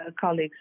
colleagues